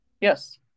Yes